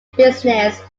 business